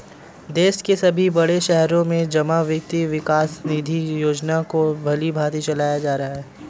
देश के सभी बड़े शहरों में जमा वित्त विकास निधि योजना को भलीभांति चलाया जा रहा है